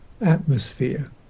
atmosphere